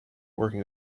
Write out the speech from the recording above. working